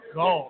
go